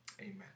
Amen